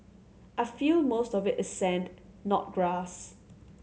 I feel most of it is sand not grass